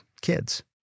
kids